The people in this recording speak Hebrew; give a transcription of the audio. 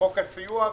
חוק הסיוע,